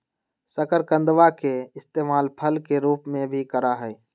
शकरकंदवा के इस्तेमाल फल के रूप में भी करा हई